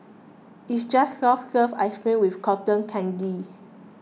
it's just soft serve ice cream with cotton candy